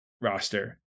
roster